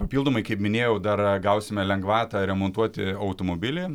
papildomai kaip minėjau dar gausime lengvatą remontuoti automobilį